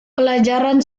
pelajaran